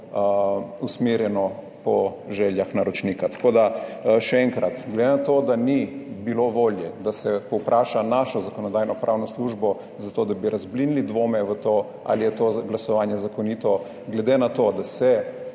usmerjeno po željah naročnika. Tako da še enkrat, glede na to, da ni bilo volje, da se povpraša našo Zakonodajno-pravno službo za to, da bi razblinili dvome v to, ali je to glasovanje zakonito, glede na to, da se